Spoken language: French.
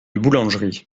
boulangerie